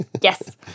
Yes